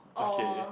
okay